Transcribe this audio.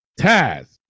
Taz